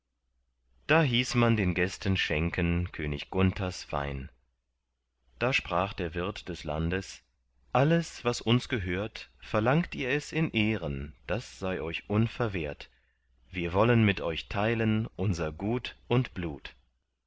da hieß man den gästen schenken könig gunthers wein da sprach der wirt des landes alles was uns gehört verlangt ihr es in ehren das sei euch unverwehrt wir wollen mit euch teilen unser gut und blut